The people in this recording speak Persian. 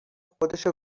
خودشو